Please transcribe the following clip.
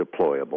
deployable